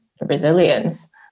resilience